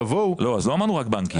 לא אמרנו רק בנקים.